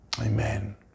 Amen